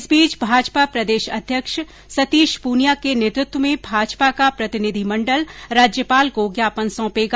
इस बीच भाजपा प्रदेश अध्यक्ष सतीश पूनिया के नेतृत्व में भाजपा का प्रतिनिधि मण्डल राज्यपाल को ज्ञापन सौपेगा